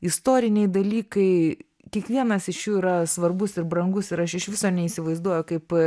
istoriniai dalykai kiekvienas iš jų yra svarbus ir brangus ir aš iš viso neįsivaizduoju kaip